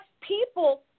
people